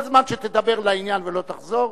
כל זמן שתדבר לעניין ולא תחזור,